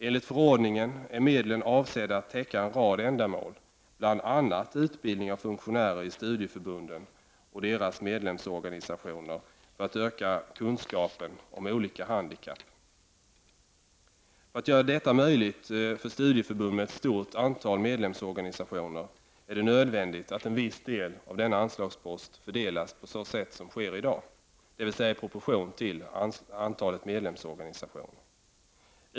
Enligt förordningen är medlen avsedda att täcka en rad ändamål, bl.a. utbildning av funktionärer i studieförbunden och deras medlemsorganisationer för att öka kunskapen om olika handikapp. För att göra detta möjligt för studieförbund med ett stort antal medlemsorganisationer är det nödvändigt att en viss del av denna anslagspost fördelas på så sätt som sker i dag, dvs. i proportion till antalet medlemsorganisationer.